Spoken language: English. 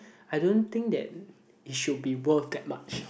I don't think that it should be worth that much